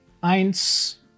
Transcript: Eins